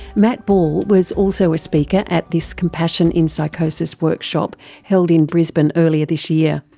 matt ball was also a speaker at this compassion in psychosis workshop held in brisbane earlier this year.